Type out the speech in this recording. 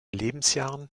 lebensjahren